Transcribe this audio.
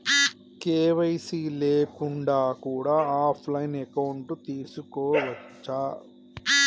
KYC లేకుండా కూడా offline account తీసుకోవచ్చా?